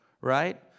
Right